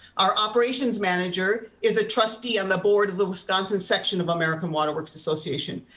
our operations manager is a trustee on the board of the wisconsin section of american water works association.